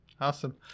Awesome